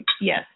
yes